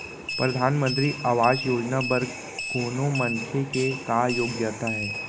परधानमंतरी आवास योजना बर कोनो मनखे के का योग्यता हे?